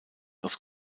aus